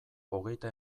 hogeita